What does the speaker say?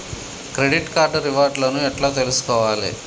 Credit card reward లను ఎట్ల తెలుసుకోవాలే?